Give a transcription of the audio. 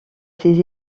ses